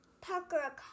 Parker